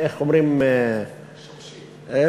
איך אומרים, בסדר,